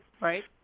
Right